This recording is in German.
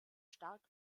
stark